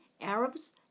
Arabs